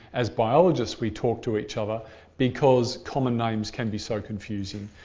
as biologists we talk to each other because common names can be so confusing.